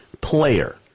player